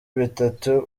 bitatu